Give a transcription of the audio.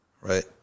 Right